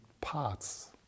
parts